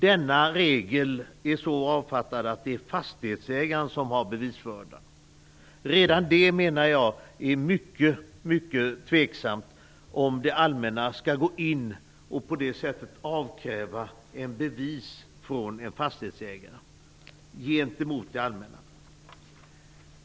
Denna regel är så avfattad att det är fastighetsägaren som har bevisbördan. Redan det är, menar jag, mycket tveksamt. Det är tveksamt om det allmänna skall gå in och på det sättet avkräva fastighetsägare bevis.